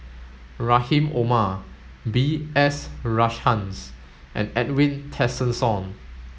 Rahim Omar B S Rajhans and Edwin Tessensohn